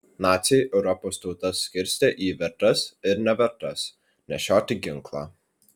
naciai europos tautas skirstė į vertas ir nevertas nešioti ginklą